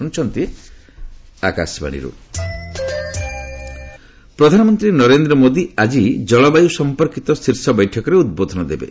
PM climate summit ପ୍ରଧାନମନ୍ତ୍ରୀ ନରେନ୍ଦ୍ର ମୋଦି ଆଜି ଜଳବାୟୁ ସମ୍ପର୍କିତ ଶୀର୍ଷ ବୈଠକରେ ଉଦ୍ବୋଧନ ଦେବେ